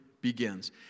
begins